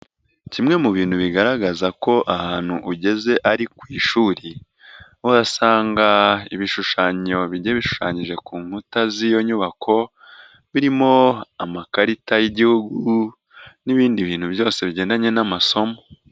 Kimwe mu bintu bigaragaza ko ahantu ugeze ari ku ishuri, uhasanga ibishushanyo bigiye bishushanyije ku nkuta z'iyo nyubako, birimo amakarita y'igihugu n'ibindi bintu byose bigendanye n'amasomo.